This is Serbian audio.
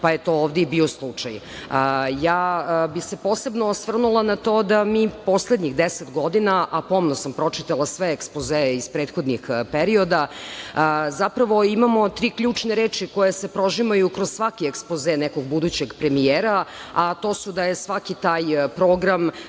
pa je to ovde i bio slučaj. Posebno bih se osvrnula na to da mi poslednjih 10 godina, a pomno sam pročitala sve ekspozee iz prethodnih perioda, zapravo imamo tri ključne reči koje se prožimaju kroz svaki ekspoze nekog budućeg premijera, a to su da je svaki taj program